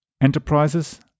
enterprises